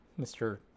Mr